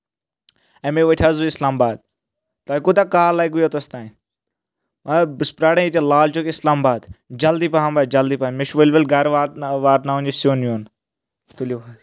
اَمے وٲتھۍ أسۍ اِسلام آباد تۄہہِ کوٗتاہ کال لَگوٕ یوٚتَس تانۍ بہٕ چھُس پیاران ییٚتہِ لالچوک اِسلام آباد جلدی پَہَم حظ جلدی پَہَم مےٚ چھُ ؤلۍ ؤلۍ گَرٕ وات واتناوُن یہِ سیُن یُن تُلِو حظ